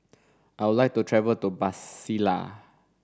I would like to travel to Brasilia